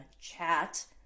chat